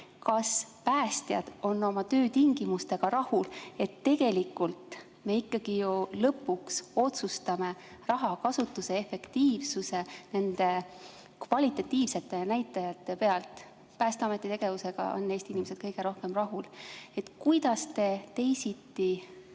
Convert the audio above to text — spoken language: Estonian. kas päästjad on oma töötingimustega rahul. Tegelikult me ikkagi ju lõpuks otsustame rahakasutuse efektiivsuse nende kvalitatiivsete näitajate järgi. Päästeameti tegevusega on Eesti inimesed kõige rohkem rahul. Kuidas te teisiti